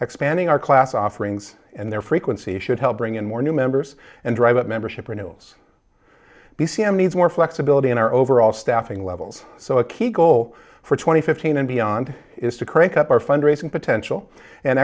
expanding our class offerings and their frequency should help bring in more new members and drive up membership renewals b c m needs more flexibility in our overall staffing levels so a key goal for twenty fifteen and beyond is to crank up our fundraising potential and